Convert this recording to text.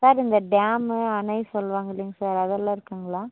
sir இந்த dam அணை சொல்லுவாங்க இல்லேங்க சார் அதெல்லாம் இருக்குதுங்களா